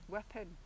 Weapon